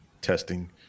testing